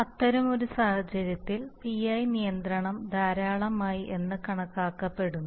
അത്തരമൊരു സാഹചര്യത്തിൽ PI നിയന്ത്രണം ധാരാളമായി എന്ന് കണക്കാക്കപ്പെടുന്നു